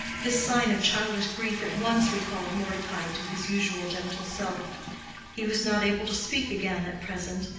this sign of childish grief at once recalled mordecai to his usual gentle self he was not able to speak again at present,